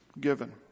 given